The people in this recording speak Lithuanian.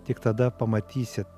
tik tada pamatysit